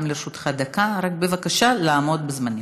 גם לרשותך דקה, רק בבקשה לעמוד בזמנים.